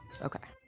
Okay